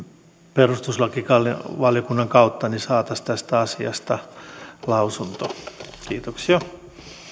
perustuslakivaliokunnan kautta niin että saataisiin tästä asiasta lausunto kiitoksia